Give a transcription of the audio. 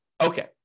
Okay